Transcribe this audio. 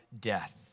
death